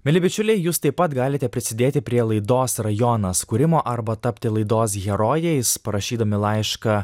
mieli bičiuliai jūs taip pat galite prisidėti prie laidos rajonas kūrimo arba tapti laidos herojais parašydami laišką